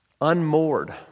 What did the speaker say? unmoored